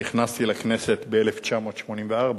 נכנסתי לכנסת ב-1984.